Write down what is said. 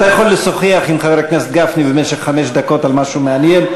אתה יכול לשוחח עם חבר הכנסת גפני במשך חמש דקות על משהו מעניין,